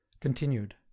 continued